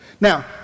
Now